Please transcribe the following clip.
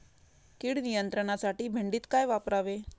कीड नियंत्रणासाठी भेंडीत काय वापरावे?